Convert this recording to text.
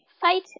fight